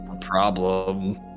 problem